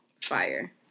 Fire